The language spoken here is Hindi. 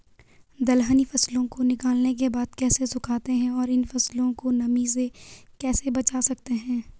दलहनी फसलों को निकालने के बाद कैसे सुखाते हैं और इन फसलों को नमी से कैसे बचा सकते हैं?